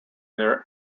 their